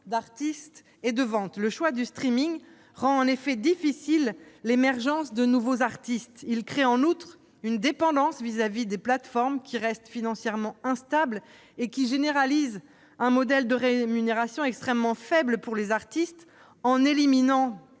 d'artistes et de ventes. Le choix du rend en effet difficile l'émergence de nouveaux artistes. Il crée en outre une dépendance vis-à-vis de plateformes qui restent financièrement instables et qui généralisent un modèle de rémunération extrêmement faible des artistes, en éliminant